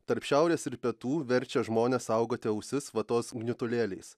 tarp šiaurės ir pietų verčia žmones saugoti ausis vatos gniutulėliais